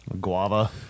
Guava